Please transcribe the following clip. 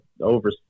over